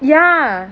ya